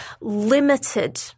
limited